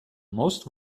most